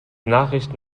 nachrichten